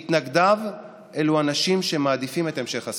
מתנגדיו אלו אנשים שמעדיפים את המשך הסכסוך.